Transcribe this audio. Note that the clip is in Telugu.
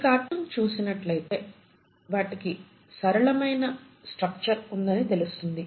ఈ కార్టూన్ చూసినట్లయితే వాటికి సరళమైన స్ట్రక్చర్ ఉందని తెలుస్తుంది